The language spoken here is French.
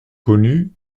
connue